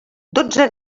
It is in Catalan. dotze